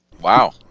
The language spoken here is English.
Wow